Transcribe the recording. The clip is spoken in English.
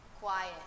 Quiet